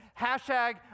hashtag